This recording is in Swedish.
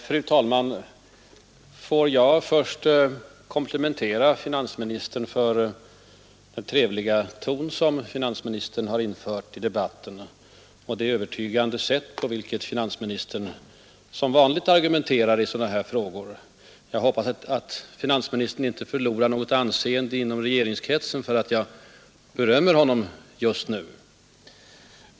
Fru talman! Får jag först komplimentera finansministern för den trevliga ton som finansministern har infört i debatten och det övertygande sätt på vilket finansministern som vanligt argumenterar i sådana här frågor. Jag hoppas att finansministern inte förlorar något anseende inom regeringskretsen för att jag berömmer honom just nu.